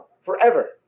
forever